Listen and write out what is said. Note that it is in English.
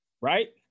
Right